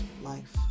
life